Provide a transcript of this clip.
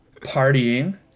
partying